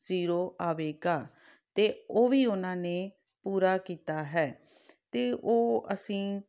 zero ਆਵੇਗਾ ਅਤੇ ਉਹ ਵੀ ਉਹਨਾਂ ਨੇ ਪੂਰਾ ਕੀਤਾ ਹੈ ਅਤੇ ਉਹ ਅਸੀਂ